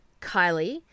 Kylie